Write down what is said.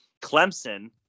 Clemson